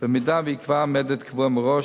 במידה שייקבע מדד קבוע מראש,